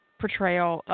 portrayal